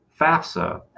FAFSA